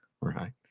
Right